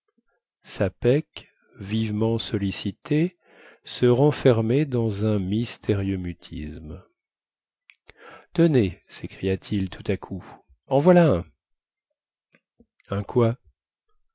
sapeck vivement sollicité se renfermait dans un mystérieux mutisme tenez sécria t il tout à coup en voilà un un quoi